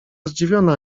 zdziwiona